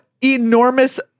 enormous